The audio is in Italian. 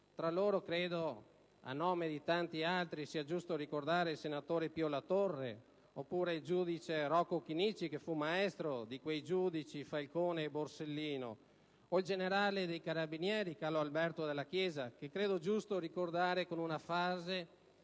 Tra loro, a nome di tanti altri, ritengo sia giusto ricordare il senatore Pio La Torre, il giudice Rocco Chinnici, che fu maestro dei giudici Falcone e Borsellino, e il generale dei carabinieri Carlo Alberto Dalla Chiesa, che ritengo giusto ricordare con una frase